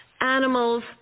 animals